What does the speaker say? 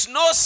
no